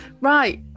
Right